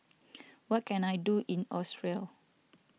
what can I do in Austria